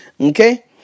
okay